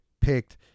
picked